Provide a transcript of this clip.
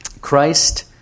Christ